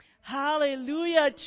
Hallelujah